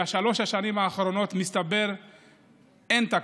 בשלוש השנים האחרונות מסתבר שאין תקציב.